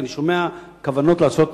כי אני שומע כוונות לעשות